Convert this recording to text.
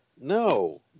No